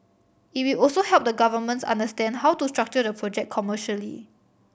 it will also help the governments understand how to structure the project commercially